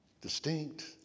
distinct